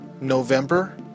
November